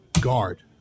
guard